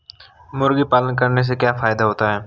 मुर्गी पालन करने से क्या फायदा होता है?